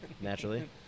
naturally